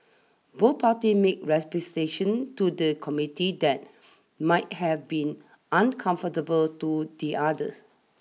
both party made representations to the Committee that might have been uncomfortable to the other